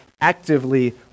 actively